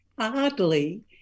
oddly